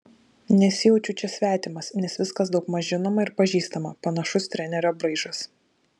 nesijaučiu čia svetimas nes viskas daugmaž žinoma ir pažįstama panašus trenerio braižas